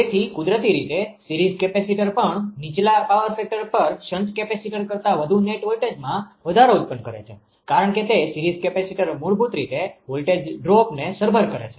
તેથી કુદરતી રીતે સીરીઝ કેપેસિટર પણ નીચલા પાવર ફેક્ટર પર શન્ટ કેપેસિટર કરતા વધુ નેટ વોલ્ટેજમાં વધારો ઉત્પન્ન કરે છે કારણ કે તે સીરીઝ કેપેસિટર મૂળભૂત રીતે વોલ્ટેજ ડ્રોપને સરભર કરે છે